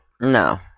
No